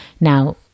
Now